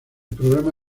programa